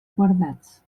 guardats